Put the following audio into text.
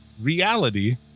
reality